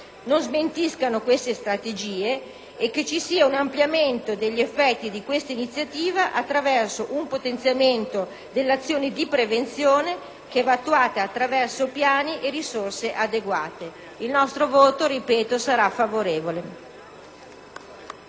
non smentiscano queste strategie e che ci sia un ampliamento degli effetti di questa iniziativa attraverso un potenziamento dell'azione di prevenzione, che va attuata attraverso piani e risorse adeguate. Il nostro voto - ripeto - sarà favorevole.